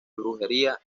brujería